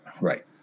right